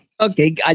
Okay